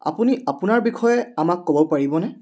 আপুনি আপোনাৰ বিষয়ে আমাক ক'ব পাৰিবনে